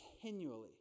continually